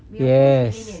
yes